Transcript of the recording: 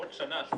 בעוד שנה,